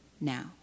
now